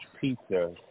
pizza